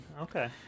Okay